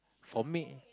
for me